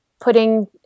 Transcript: putting